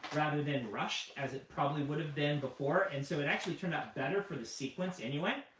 rather than rushed, as it probably would have been before. and so it actually turned out better for the sequence anyway.